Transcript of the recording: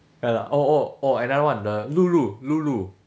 ya lah oh oh oh another one the lulu lulu